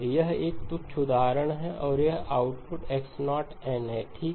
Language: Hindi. यह एक तुच्छ उदाहरण है और यह आउटपुट X0 n है ठीक